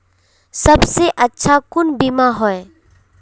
सबसे अच्छा कुन बिमा होय?